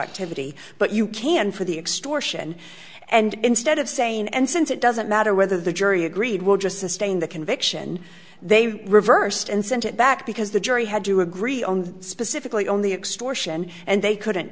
activity but you can for the extortion and instead of saying and since it doesn't matter whether the jury agreed we'll just sustain the conviction they reversed and sent it back because the jury had to agree on specifically only extortion and they couldn't